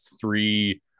three